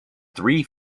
three